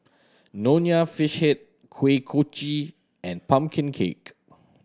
Nonya Fish Head Kuih Kochi and pumpkin cake